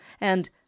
and